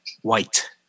white